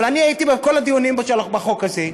אבל אני הייתי בכל הדיונים בחוק הזה,